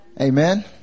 Amen